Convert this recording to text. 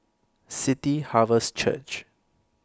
City Harvest Church